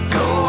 go